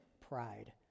pride